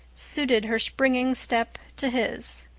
suited her springing step to his.